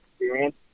experience